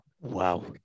Wow